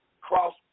cross